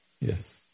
yes